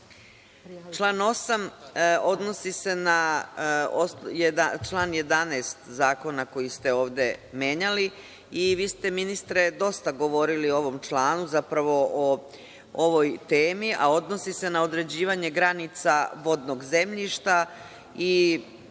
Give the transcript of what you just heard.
Član 8. odnosi se na član 11. zakona koji ste ovde menjali, i vi ste, ministre, dosta govorili o ovom članu, zapravo o ovoj temi, a odnosi se na određivanje granica vodnog zemljišta i